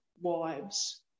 wives